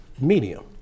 medium